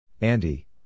Andy